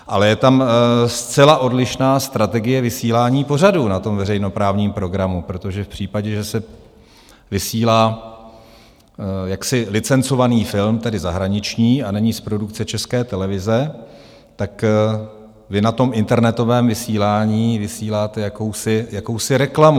Ale je tam zcela odlišná strategie vysílání pořadů na veřejnoprávním programu, protože v případě, že se vysílá jaksi licencovaný film, tedy zahraniční, a není z produkce České televize, tak vy na internetovém vysílání vysíláte jakousi reklamu.